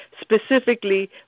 Specifically